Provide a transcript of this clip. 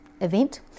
event